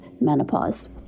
menopause